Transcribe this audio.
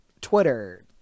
Twitter